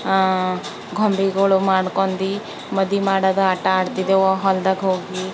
ಗೊಂಬೆಗಳು ಮಾಡ್ಕೊಂಡು ಮದಿ ಮಾಡೋದು ಆಟ ಆಡ್ತಿದ್ದೆವು ಹೊಲ್ದಾಗ ಹೋಗಿ